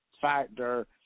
factor